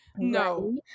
no